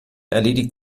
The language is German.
erledigt